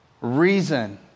reason